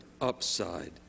upside